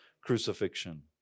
crucifixion